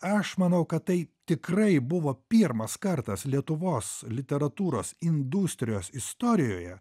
aš manau kad tai tikrai buvo pirmas kartas lietuvos literatūros industrijos istorijoje